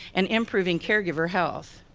and improving caregiver health.